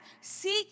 Seek